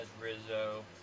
Rizzo